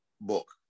book